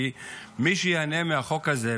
כי מי שייהנה מהחוק הזה,